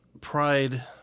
Pride